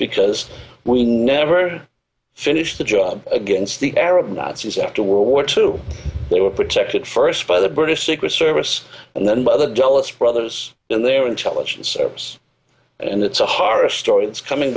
because we never finished the job against the arab nazis after world war two they were protected first by the british secret service and then by the dulles brothers and their intelligence service and it's a horror story that's coming